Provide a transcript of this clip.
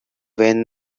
when